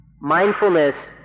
Mindfulness